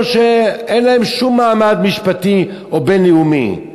או שאין להם שום מעמד משפטי או בין-לאומי.